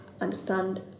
understand